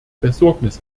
besorgnis